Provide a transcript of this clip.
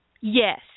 yes